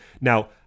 now